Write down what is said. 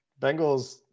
Bengals